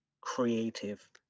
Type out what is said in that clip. creative